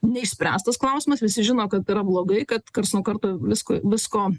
neišspręstas klausimas visi žino kaip yra blogai kad karts nuo karto visko visko